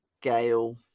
Gale